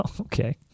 Okay